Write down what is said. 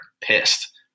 pissed